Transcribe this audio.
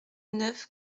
neuf